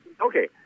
Okay